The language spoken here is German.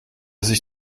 sich